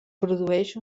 produeix